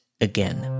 again